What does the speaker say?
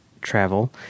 travel